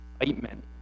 excitement